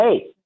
hey